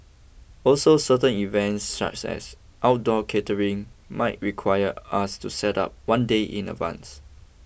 also certain events such as outdoor catering might require us to set up one day in advance